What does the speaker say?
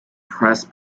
press